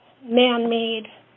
man-made